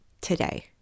today